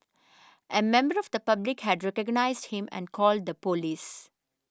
a member of the public had recognised him and called the police